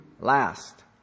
last